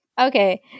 Okay